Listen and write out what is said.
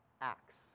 acts